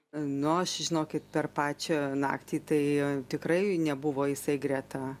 nu aš žinokit per pačią naktį tai tikrai nebuvo jisai greta